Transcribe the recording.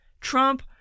Trump